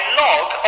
log